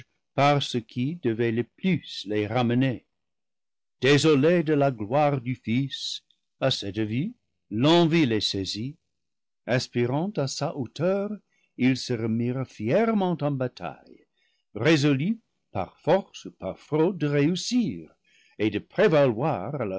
par ce qui devait le plus les ramener dé solés de la gloire du fils à cette vue l'envie les saisit aspirant à sa hauteur ils se remirent fièrement en bataille résolus par force où par fraude de réussir et de prévaloir